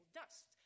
dust